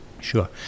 Sure